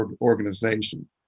organization